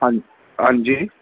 ہاں ہاں جی